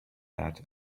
that